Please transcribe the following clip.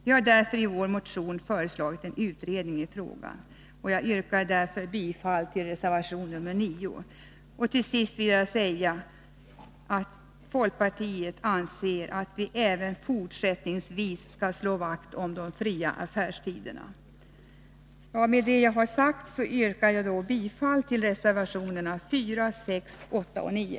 Vi har därför i vår motion föreslagit en utredning i frågan. Jag yrkar bifall till reservation nr 9. Till sist, herr talman, vill jag säga att folkpartiet anser att vi även fortsättningsvis skall slå vakt om de fria affärstiderna. Med det jag har sagt yrkar jag alltså bifall till reservationerna 4, 6, 8 och 9.